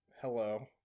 hello